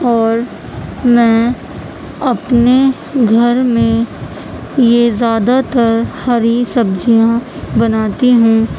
اور میں اپنے گھر میں یہ زیادہ تر ہری سبزیاں بناتی ہوں